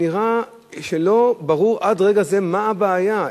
שנראה שלא ברור עד רגע זה מה הבעיה,